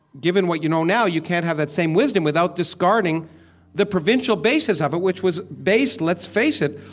given what you know now, you can't have that same wisdom without discarding the provincial basis of it, which was based, let's face it,